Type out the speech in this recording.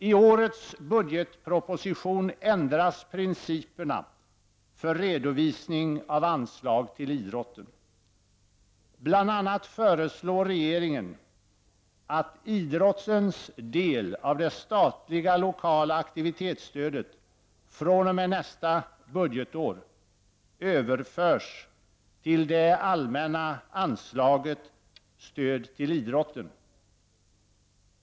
I årets budgetproposition ändras principerna för redovisning av anslag till idrotten. Bl.a. föreslår regeringen att idrottens del av det statliga lokala aktivitetsstödet fr.o.m. nästa budgetår överförs till det allmänna anslaget ”Stöd till idrotten”.